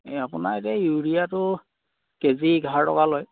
এই আপোনাৰ এতিয়া ইউৰিয়াটো কে জি এঘাৰ টকা লয়